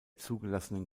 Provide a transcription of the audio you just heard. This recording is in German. zugelassenen